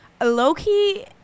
Low-key